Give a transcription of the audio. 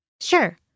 Sure